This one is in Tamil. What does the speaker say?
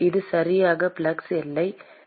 இது சரியாக ஃப்ளக்ஸ் எல்லை நிலை